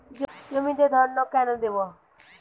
জমিতে ধড়কন কেন দেবো?